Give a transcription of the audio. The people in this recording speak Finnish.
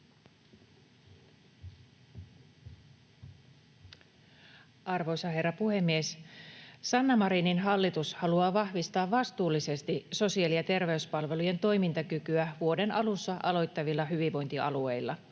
Arvoisa herra puhemies! Sanna Marinin hallitus haluaa vahvistaa vastuullisesti sosiaali- ja terveyspalvelujen toimintakykyä vuoden alussa aloittavilla hyvinvointialueilla.